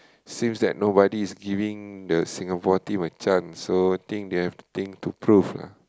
since that nobody is giving the Singapore team a chance so think they have to think to prove lah